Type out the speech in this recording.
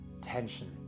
tension